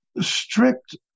strict